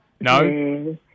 No